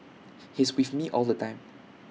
he's with me all the time